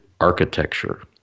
architecture